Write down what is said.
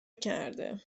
کرده